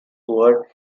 were